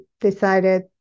decided